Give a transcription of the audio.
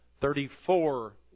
Thirty-four